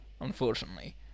unfortunately